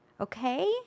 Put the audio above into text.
Okay